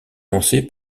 lancé